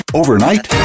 overnight